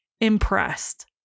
impressed